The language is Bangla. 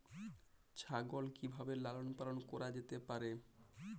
ছাগল কি ভাবে লালন পালন করা যেতে পারে?